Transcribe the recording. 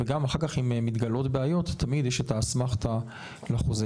וגם אחר כך אם מתגלעות בעיות תמיד יש האסמכתא לחוזה.